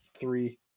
three